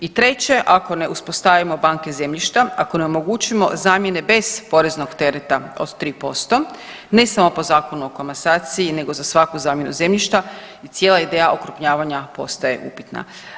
I treće ako ne uspostavimo banke zemljišta, ako ne omogućimo zamjene bez poreznog tereta od 3% ne samo po Zakonu o komasaciji nego za svaku zamjenu zemljišta i cijela ideja okrupnjavanja postaje upitna.